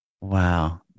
wow